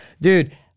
Dude